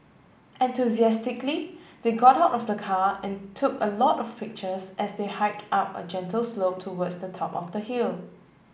enthusiastically they got out of the car and took a lot of pictures as they hiked up a gentle slope towards the top of the hill